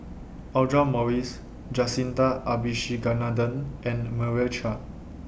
Audra Morrice Jacintha Abisheganaden and Meira Chand